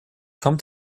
come